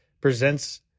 presents